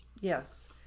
Yes